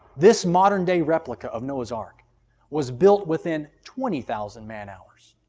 this modern-day, replica of noah's ark was built within twenty thousand man-hours.